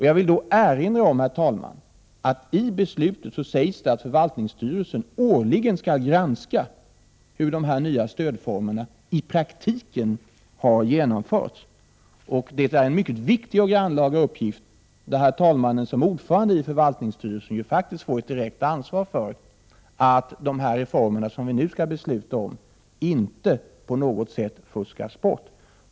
Jag vill erinra om att det i beslutet sägs att förvaltningsstyrelsen årligen skall granska hur dessa nya stödformer i praktiken har genomförts. Det är en mycket viktig och grannlaga uppgift. Herr talmannen får som ordförande i förvaltningsstyrelsen ett direkt ansvar för att de reformer vi nu skall besluta om inte på något sätt fuskas bort.